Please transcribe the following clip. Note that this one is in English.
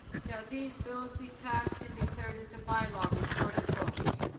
shall these bills be passed and declared as a bylaw? recorded vote.